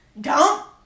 dump